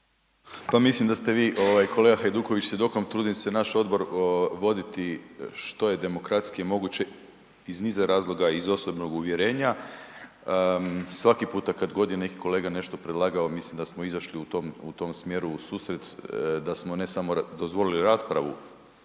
Pa mislim da ste vi ovaj kolega Hajduković svjedokom, trudim se naš odbor voditi što je demokratskije moguće iz niza razloga i iz osobnog uvjerenja, svaki puta kad god je neki kolega nešto predlagao mislim da smo izašli u tom, u tom smjeru u susret, da smo ne samo dozvolili raspravu,